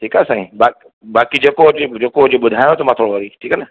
ठीकु आहे साईं बाक बाक़ी जेको हुजे जेको हुजे ॿुधायांव थो मां पोइ वरी ठीकु आहे न